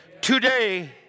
today